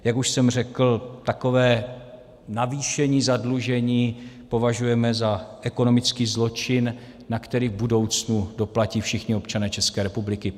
Jak už jsem řekl, takové navýšení zadlužení považujeme za ekonomický zločin, na který v budoucnu doplatí všichni občané České republiky.